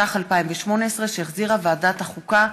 התשע"ח 2018, שהחזירה ועדת החוקה,